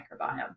microbiome